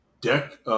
deck